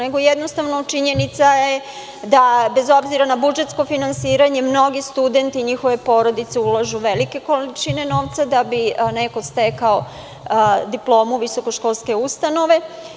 Jednostavno, činjenica je da, bez obzira na budžetsko finansiranje, mnogi studenti i njihove porodice ulažu velike količine novca da bi neko stekao diplomu visokoškolske ustanove.